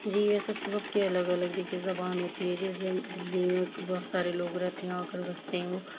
جی ویسے تو سب کے الگ الگ دیکھئے زبان ہوتی ہے جیسے دلّی میں بہت سارے لوگ رہتے آ کر بستے ہیں وہ